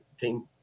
team